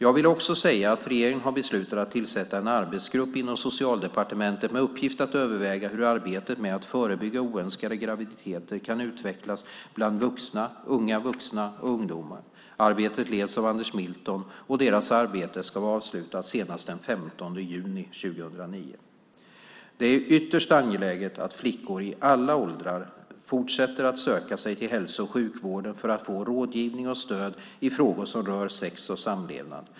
Jag vill också säga att regeringen har beslutat att tillsätta en arbetsgrupp inom Socialdepartementet med uppgift att överväga hur arbetet med att förebygga oönskade graviditeter kan utvecklas bland vuxna, unga vuxna och ungdomar. Arbetet leds av Anders Milton, och arbetet ska vara avslutat senast den 15 juni 2009. Det är ytterst angeläget att flickor i alla åldrar fortsätter att söka sig till hälso och sjukvården för att få rådgivning och stöd i frågor som rör sex och samlevnad.